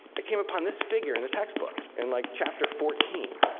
i came upon this figure in the textbook in like chapter fourteen.